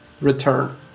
return